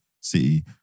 City